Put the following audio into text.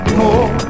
more